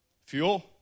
Fuel